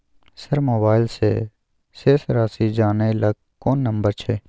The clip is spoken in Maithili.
सर मोबाइल से शेस राशि जानय ल कोन नंबर छै?